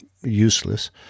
useless